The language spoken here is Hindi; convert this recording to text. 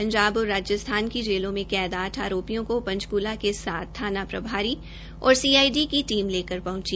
पंजाब और राजस्थान की जेलों में कैद आठों आरोपियों को पंचक्ला के सात थाना प्रभारी और सीआईडी की टीम लेकर पहंची